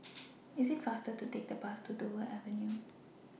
IT IS faster to Take The Bus to Dover Avenue